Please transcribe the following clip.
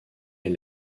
est